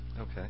Okay